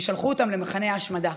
ושלחו אותם למחנה ההשמדה.